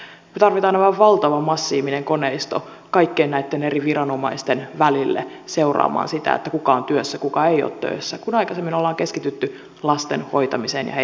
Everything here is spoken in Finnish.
me tarvitsemme aivan valtavan massiivinen koneiston kaikkien näitten eri viranomaisten välille seuraamaan sitä kuka on työssä kuka ei ole töissä kun aikaisemmin ollaan keskitytty lasten hoitamiseen ja heidän kasvattamiseensa